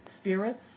spirits